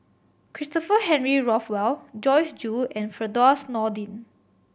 Christopher Henry Rothwell Joyce Jue and Firdaus Nordin